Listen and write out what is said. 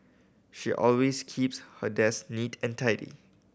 she always keeps her desk neat and tidy